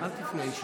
אל תפנה אליהם.